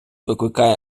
викликає